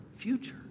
future